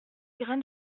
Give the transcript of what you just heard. grains